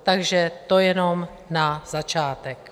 Takže to jenom na začátek.